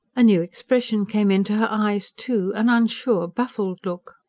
a new expression came into her eyes, too an unsure, baffled look.